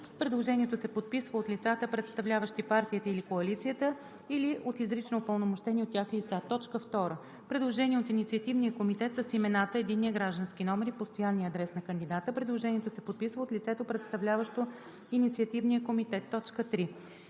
предложението се подписва от лицата, представляващи партията или коалицията, или от изрично упълномощени от тях лица; 2. предложение от инициативния комитет с имената, единния граждански номер и постоянния адрес на кандидата; предложението се подписва от лицето, представляващо инициативния комитет; 3.